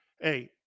hey